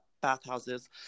bathhouses